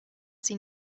sie